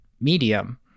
medium